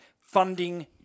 funding